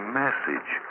message